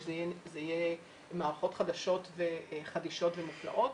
יהיו מערכות חדשות חדישות ומופלאות.